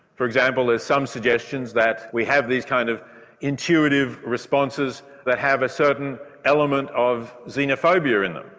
for example there's some suggestions that we have these kinds of intuitive responses that have a certain element of xenophobia in them,